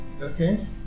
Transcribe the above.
Okay